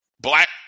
black